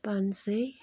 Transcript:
पाँच सय